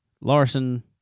larson